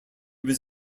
was